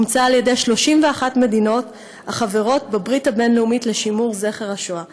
אומצה על-ידי 31 מדינות החברות בברית הבין-לאומית לשימור זכר השואה.